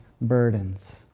burdens